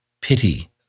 Pity